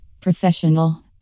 Professional